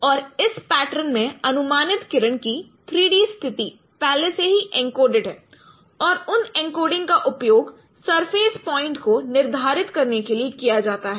और इस पैटर्न में अनुमानित किरण की 3 डी स्थिति पहले से ही एन्कोडेड है और उन एन्कोडिंग का उपयोग सरफेस पॉइंट को निर्धारित करने के लिए किया जाता है